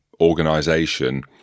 organization